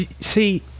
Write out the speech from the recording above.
See